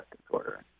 disorder